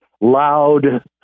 loud